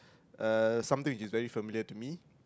uh something which is familiar to me